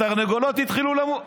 התרנגולות התחילו למות.